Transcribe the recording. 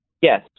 yes